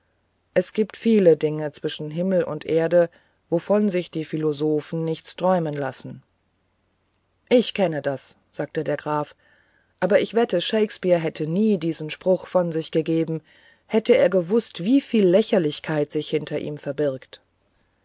es gibt viele dinge zwischen himmel und erde wovon sich die philosophen nichts träumen lassen ich kenne das sagte der graf aber ich wette shakespeare hätte nie diesen spruch von sich gegeben hätte er gewußt wie viel lächerlichkeit sich hinter ihm verbirgt